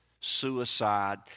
suicide